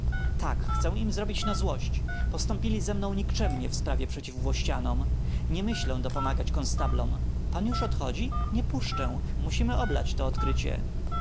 tak chcę im zrobić na złość postąpili ze mną nikczemnie w sprawie przeciw włościanom nie myślę dopomagać konstablom pan już odchodzi nie puszczę musimy oblać to odkrycie